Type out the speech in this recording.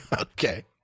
Okay